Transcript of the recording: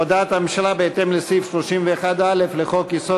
הודעת הממשלה בהתאם לסעיף 31(א) לחוק-יסוד: